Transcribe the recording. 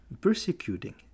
persecuting